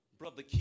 Brother